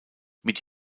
mit